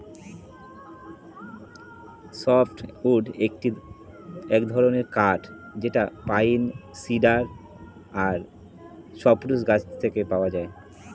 soft wood এক ধরনের কাঠ যেটা পাইন, সিডার আর সপ্রুস গাছে পাওয়া যায়